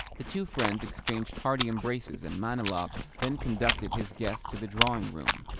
the two friends exchanged hearty embraces, and manilov then conducted his guest to the drawing-room.